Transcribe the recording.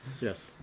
Yes